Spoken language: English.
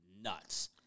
nuts